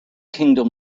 kingdom